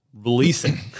Releasing